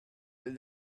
that